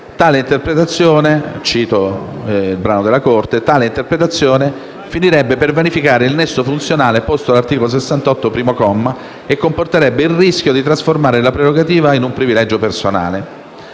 «tale interpretazione finirebbe per vanificare il nesso funzionale posto dall'articolo 68, primo comma, e comporterebbe il rischio di trasformare la prerogativa in un privilegio personale».